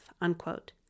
unquote